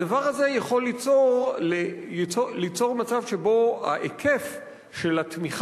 הדבר הזה יכול ליצור מצב שבו ההיקף של התמיכה,